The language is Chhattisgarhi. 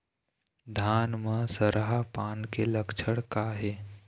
धान म सरहा पान के लक्षण का हे?